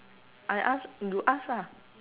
I ask you ask ah